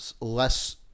less